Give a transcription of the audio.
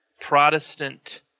Protestant